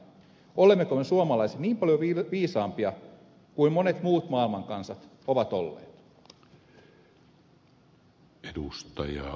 olemmeko me suomalaiset niin paljon viisaampia kuin monet muut maailman kansat ovat olleet